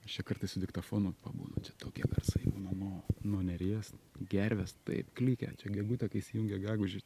aš čia kartais su diktofonu pabūnu čia tokie garsai būna nu nuo neries gervės taip klykia čia gegutė kai įsijungia gegužę